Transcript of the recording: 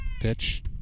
Pitch